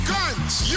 Guns